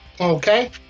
okay